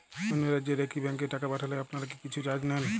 অন্য রাজ্যের একি ব্যাংক এ টাকা পাঠালে আপনারা কী কিছু চার্জ নেন?